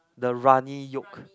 the runny yolk